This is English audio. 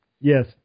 Yes